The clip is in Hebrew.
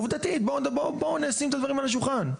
עובדתית, בוא נשים את הדברים על השולחן.